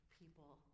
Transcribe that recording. people